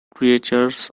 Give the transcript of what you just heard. creatures